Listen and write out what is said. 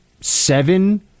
seven